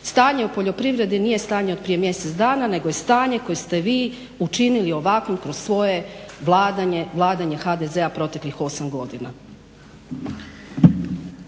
Stanje u poljoprivredi nije stanje od prije mjesec dana nego je stanje koje ste vi učinili ovakvim po svoje vladanje HDZ-a proteklih 8 godina.